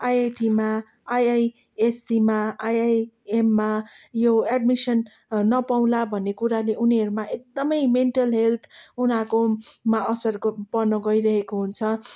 आइआइटीमा आइआइएससीमा आइआइएममा यो एडमिसन नपाउँला भन्ने कुराले उनीहरूमा एकदमै मेन्टल हेल्थ उनीहरूकोमा असर पर्न गइरहेको हुन्छ